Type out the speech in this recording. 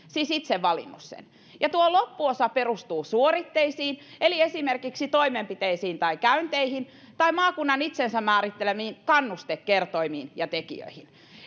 siis itse valinnut sen ja tuo loppuosa perustuu suoritteisiin eli esimerkiksi toimenpiteisiin tai käynteihin tai maakunnan itsensä määrittelemiin kannustekertoimiin ja tekijöihin